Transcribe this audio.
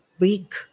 big